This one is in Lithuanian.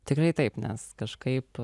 tikrai taip nes kažkaip